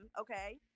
okay